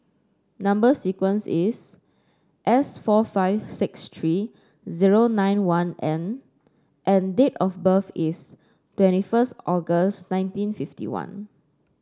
number sequence is S four five six three zero nine one N and date of birth is twenty first August nineteen fifty one